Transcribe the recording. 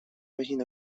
vagin